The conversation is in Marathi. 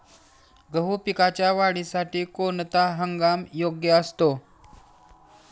गहू पिकाच्या वाढीसाठी कोणता हंगाम योग्य असतो?